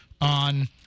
on